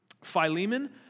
Philemon